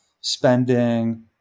spending